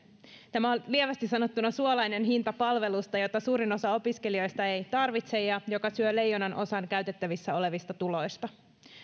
tämä on lievästi sanottuna suolainen hinta palvelusta jota suurin osa opiskelijoista ei tarvitse ja joka syö leijonanosan käytettävissä olevista tuloista